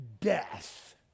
death